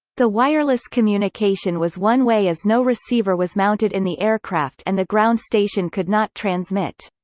the wireless communication was one way as no receiver was mounted in the aircraft and the ground station could not transmit.